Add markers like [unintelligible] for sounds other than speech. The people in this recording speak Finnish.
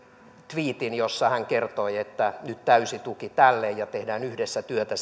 tviitin jossa hän kertoi että nyt täysi tuki tälle ja tehdään yhdessä työtä [unintelligible]